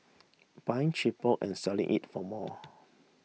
buying cheaper and selling it for more